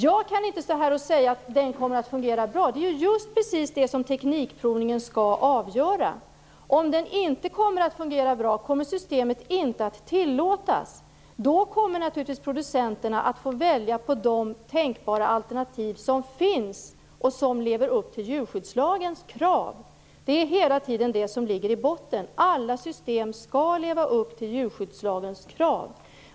Jag kan inte stå här och säga att den kommer att fungera bra. Det är ju just precis det som teknikprovningen skall avgöra. Om den inte kommer att fungera bra kommer systemet inte att tillåtas. Då kommer naturligtvis producenterna att få välja bland de tänkbara alternativ som finns och som innebär att man lever upp till djurskyddslagens krav. Det är hela tiden det som ligger i botten. Alla system skall uppfylla djurskyddslagens krav.